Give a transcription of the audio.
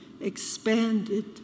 expanded